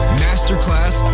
masterclass